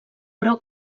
però